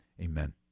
amen